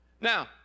Now